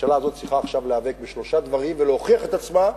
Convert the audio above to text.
הממשלה הזאת צריכה עכשיו להיאבק בשלושה דברים ולהוכיח את עצמה: